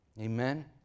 Amen